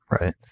Right